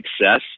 success